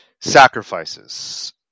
sacrifices